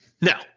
Now